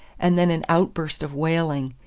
and then an outburst of wailing.